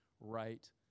right